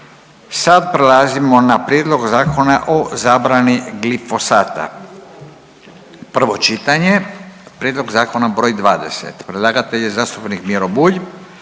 Sad prelazimo na: - Prijedlog zakona o zabrani glifosata, prvo čitanje, P.Z. br. 20; Predlagatelj je zastupnik Miro Bulj